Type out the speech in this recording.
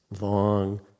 long